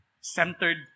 centered